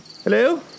Hello